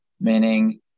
Meaning